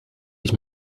ich